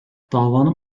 davanın